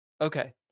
Okay